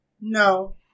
no